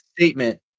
statement